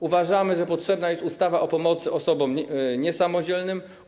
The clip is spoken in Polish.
Uważamy, że potrzebna jest ustawa o pomocy osobom niesamodzielnym.